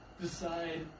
decide